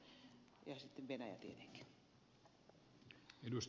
arvoisa puhemies